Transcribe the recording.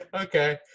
Okay